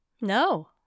No